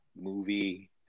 movie